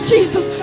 Jesus